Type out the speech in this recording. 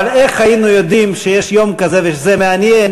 אבל איך היינו יודעים שיש יום כזה ושזה מעניין